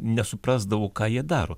nesuprasdavo ką jie daro